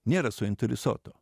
nėra suinteresuoto